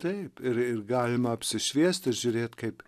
taip ir ir galima apsišviest ir žiūrėt kaip